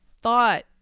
thought